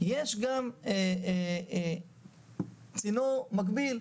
יש גם צינור מקביל.